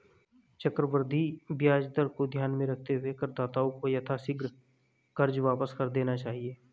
चक्रवृद्धि ब्याज दर को ध्यान में रखते हुए करदाताओं को यथाशीघ्र कर्ज वापस कर देना चाहिए